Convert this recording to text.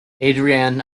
adrian